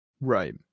Right